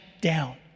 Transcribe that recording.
down